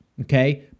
okay